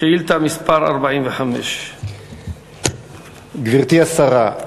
שאילתה מס' 45. גברתי השרה,